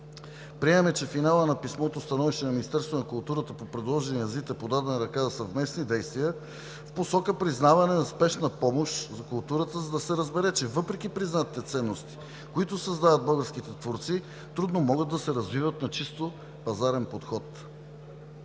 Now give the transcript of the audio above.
Приемаме, че финалът на писмото – становище на Министерството на културата по предложения ЗИД е подадена ръка за съвместни действия в посока признаване на спешна помощ за културата, за да се разбере, че въпреки признатите ценности, които създават, българските творци, трудно могат да се развиват на чисто пазарен подход.